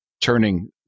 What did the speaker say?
turning